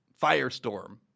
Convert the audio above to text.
firestorm